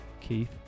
Keith